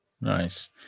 nice